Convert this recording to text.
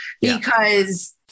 Because-